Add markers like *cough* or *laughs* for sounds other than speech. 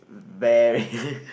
very *laughs*